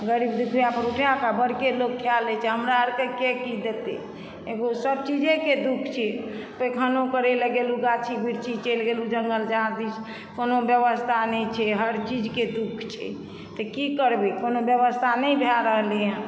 गरीब दुखियापर उठैके बड़के लोक खा लै छै हमरा अरकेके की देतै एगो सब चीजेके दुःख छै पैखानो करै लए गेलहुँ गाछी गुरछी चलि गेलहुँ जङ्गल झार दिस कोनो व्यवस्था नहि छै हर चीजके दुःख छै तऽ की करबै कोनो व्यवस्था नहि भए रहलै हँ